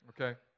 okay